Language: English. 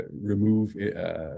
remove